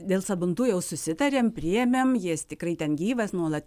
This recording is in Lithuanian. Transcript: dėl sabantujaus susitarėm priėmėm jis tikrai ten gyvas nuolat